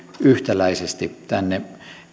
yhtäläisesti tänne